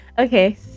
okay